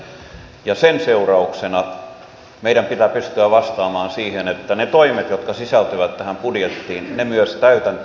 sen seurauksena meidän pitää pystyä vastaamaan siitä että ne toimet jotka sisältyvät tähän budjettiin myös täytäntöön pannaan